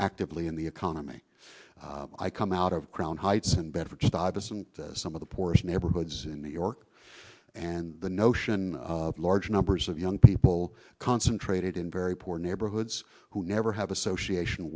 actively in the economy i come out of crown heights and better jobs and some of the poorest neighborhoods in new york and the notion of large numbers of young people concentrated in very poor neighborhoods who never have association